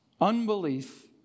Unbelief